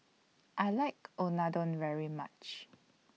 I like Unadon very much